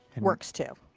works too.